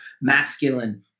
masculine